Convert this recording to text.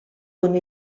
con